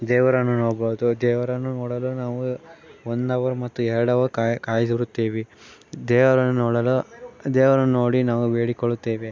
ದೇವರನ್ನು ನೋಡ್ಬೋದು ದೇವರನ್ನು ನೋಡಲು ನಾವು ವನ್ ಹವರ್ ಮತ್ತು ಎರ್ಡು ಹವರ್ ಕಾದಿರುತ್ತೇವೆ ದೇವರನ್ನು ನೋಡಲು ದೇವರನ್ನು ನೋಡಿ ನಾವು ಬೇಡಿಕೊಳ್ಳುತ್ತೇವೆ